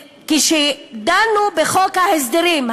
כשדנו בחוק ההסדרים,